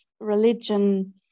religion